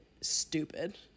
stupid